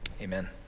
Amen